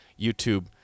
YouTube